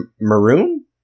Maroon